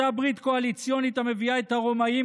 אותה ברית קואליציונית המביאה את הרומאים,